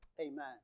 Amen